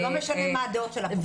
ולא משנה מה הדעות של הפוגעים.